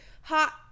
hot